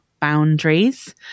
boundaries